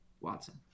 Watson